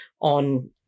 on